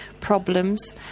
problems